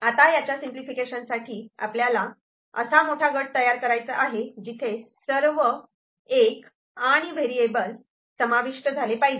आता याच्या सिंपलिफिकेशन साठी आपल्याला असा मोठा गट तयार करायचा आहे जिथे सर्व '1's आणि व्हेरिएबल समाविष्ट झाले पाहिजेत